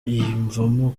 yiyumvamo